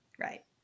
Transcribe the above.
right